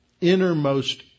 innermost